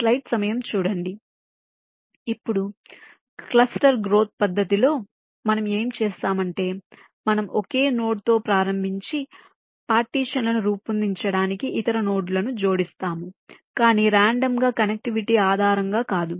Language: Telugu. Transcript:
స్లైడ్ సమయం చూ డండి 1302 ఇప్పుడు క్లస్టర్ గ్రోత్ పద్ధతిలో మనం ఏమి చేస్తామంటే మనము ఒకే నోడ్తో ప్రారంభించి పార్టీషన్ లను రూపొందించడానికి ఇతర నోడ్లను జోడిస్తాము కాని రాండమ్ గా కనెక్టివిటీ ఆధారంగా కాదు